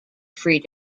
free